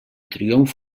triomf